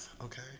Okay